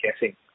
guessing